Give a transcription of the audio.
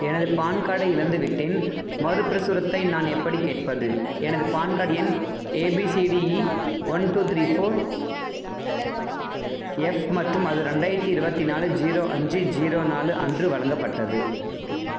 எனது பான் கார்டை இழந்துவிட்டேன் மறுபிரசுரத்தை நான் எப்படிக் கேட்பது எனது பான் கார்டு எண் A B C D E one two three four F மற்றும் அது ரெண்டாயிரத்து இருபத்தி நாலு ஜீரோ அஞ்சு ஜீரோ நாலு அன்று வழங்கப்பட்டது